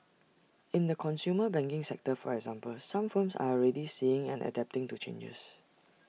in the consumer banking sector for example some firms are already seeing and adapting to changes